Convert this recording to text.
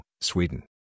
Sweden